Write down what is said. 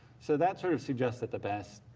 so that sort of suggests that the best,